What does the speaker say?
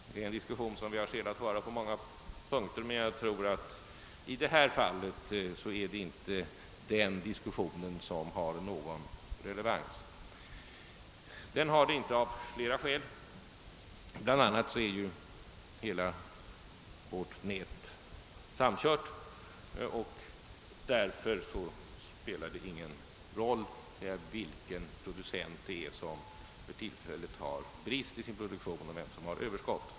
Det är en diskussion som vi på många punkter har skäl att föra, men i detta fall tror jag inte att en sådan diskussion har någon relevans. Den har ingen relevans av flera skäl. Bl.a. är hela vårt nät sammankört, och därför spelar det ingen roll vilken producent som för tillfället har brist i sin produktion och vilka som har överskott.